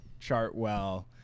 Chartwell